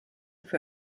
für